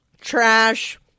trash